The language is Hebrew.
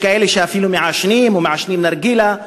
יש כאלה שאפילו מעשנים או מעשנים נרגילה,